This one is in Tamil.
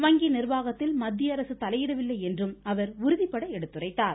வங்கி நிர்வாகத்தில் மத்தியஅரசு தலையிடவில்லை என்றும் அவர் உறுதிபட எடுத்துரைத்தார்